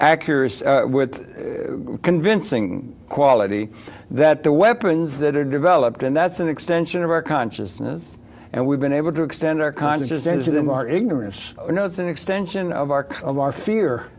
accuracy with convincing quality that the weapons that are developed and that's an extension of our consciousness and we've been able to extend our consciousness as a them our ignorance you know it's an extension of arc of our fear